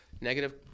negative